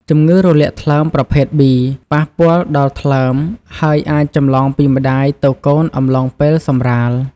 ជំងឺរលាកថ្លើមប្រភេទ B ប៉ះពាល់ដល់ថ្លើម ហើយអាចចម្លងពីម្តាយទៅកូនអំឡុងពេលសម្រាល។